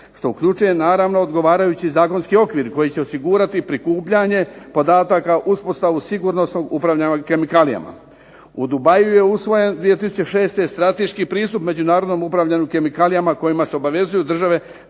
što uključuje naravno odgovarajući zakonski okvir koji će osigurati prikupljanje podataka, uspostavu sigurnosnog upravljanja kemikalijama. U Dubaiu je usvojen 2006. strateški pristup međunarodnom upravljanju kemikalijama kojima se obavezuju države